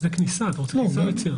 אתה רוצה התייחסות לכניסה?